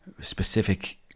specific